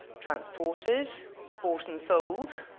transported, bought and sold,